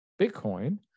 Bitcoin